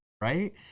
right